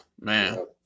man